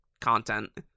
content